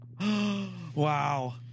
Wow